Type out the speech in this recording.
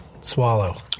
swallow